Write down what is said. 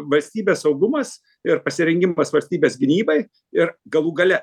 valstybės saugumas ir pasirengimas valstybės gynybai ir galų gale